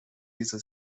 diese